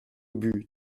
ubu